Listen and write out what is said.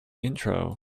intro